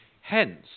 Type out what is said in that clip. hence